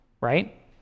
right